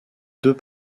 deux